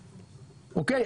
אוקיי?